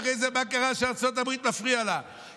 ואחרי זה, מה קרה שזה מפריע לארצות הברית?